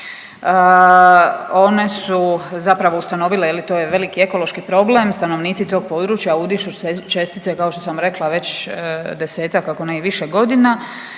One su zapravo ustanovile je li to je veliki ekološki problem, stanovnici tog područaja udišu čestice kao što sam rekla već 10-tak ako ne i više godina